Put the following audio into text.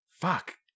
fuck